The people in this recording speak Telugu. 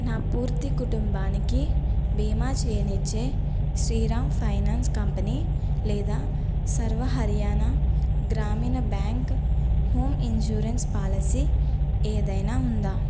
నా పూర్తి కుటుంబానికి బీమా చేయనిచ్చే శ్రీరామ్ ఫైనాన్స్ కంపెనీ లేదా Sarva Haryana Gramin bank home insurance policy ఏదైనా ఉందా